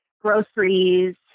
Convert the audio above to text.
groceries